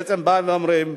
בעצם באים ואומרים: